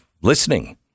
listening